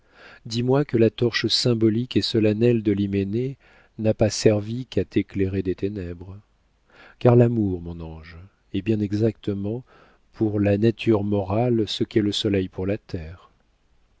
dis-moi que la torche symbolique et solennelle de l'hyménée n'a pas servi qu'à t'éclairer des ténèbres car l'amour mon ange est bien exactement pour la nature morale ce qu'est le soleil pour la terre